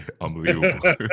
Unbelievable